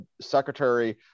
secretary